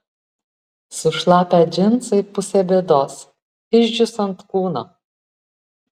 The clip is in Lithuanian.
sušlapę džinsai pusė bėdos išdžius ant kūno